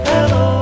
Hello